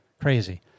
crazy